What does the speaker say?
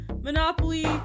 monopoly